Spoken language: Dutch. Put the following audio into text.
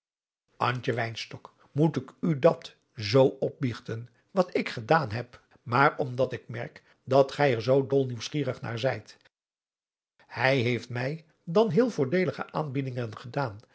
moet ik u dat zoo opbiechten wat ik gedaan heb maar omdat ik merk dat gij er zoo dol nieuwsgierig naar zijt hij heeft mij dan heel voordeelige aanbiedingen gedaan